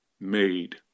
made